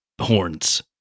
horns